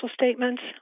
statements